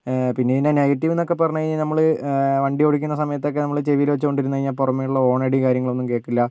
പിന്നെ ഇതിന്റെ നെഗറ്റിവെന്നൊക്കെ പറഞ്ഞുകഴിഞ്ഞാൽ നമ്മൾ വണ്ടി ഓടിക്കുന്ന സമയത്തൊക്കെ നമ്മൾ ചെവിയിൽ വെച്ചോണ്ടിരുന്നു കഴിഞ്ഞാൽ പുറമെയുള്ള ഹോണടി കാര്യങ്ങളൊന്നും കേൾക്കില്ല